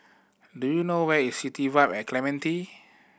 do you know where is City Vibe at Clementi